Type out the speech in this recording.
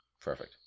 Perfect